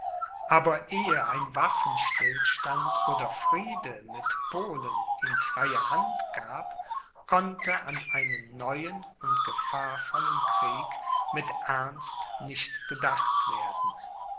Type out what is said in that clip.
aber ehe ein waffenstillstand oder friede mit polen ihm freie hände gab konnte an einen neuen und gefahrvollen krieg mit ernst nicht gedacht werden